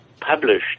published